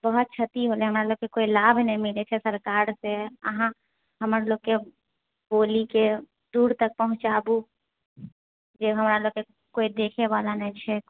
बहुत क्षति होलए हमरा लोककेँ कोइ लाभ नहि मिलए छै सरकारसँ अहाँ हमर लोककेँ बोलीकेँ दूर तक पहुँचाबु जे हमरा लोककेँ कोइ देखए बला नहि छै